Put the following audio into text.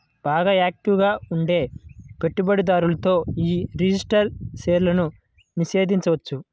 బాగా యాక్టివ్ గా ఉండే పెట్టుబడిదారులతో యీ రిజిస్టర్డ్ షేర్లను నిషేధించొచ్చు